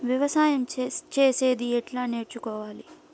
వ్యవసాయం చేసేది ఎట్లా నేర్చుకోవాలి?